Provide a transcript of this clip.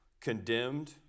condemned